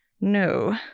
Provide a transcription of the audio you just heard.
no